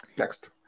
Next